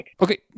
Okay